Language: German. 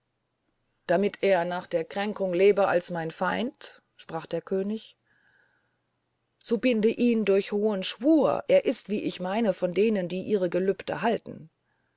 damit er nach der kränkung lebe als mein feind sprach der könig so binde ihn durch hohen schwur er ist wie ich meine von denen die ihr gelübde halten